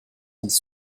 elles